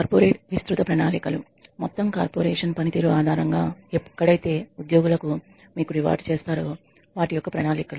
corporate విస్తృత ప్రణాళికలు మొత్తం కార్పొరేషన్ పనితీరు ఆధారంగా ఎక్కడైతే ఉద్యోగులకు మీకు రివార్డ్ చేస్తారో వాటి యొక్క ప్రణాళికలు